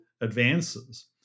advances